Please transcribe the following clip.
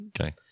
Okay